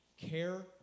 care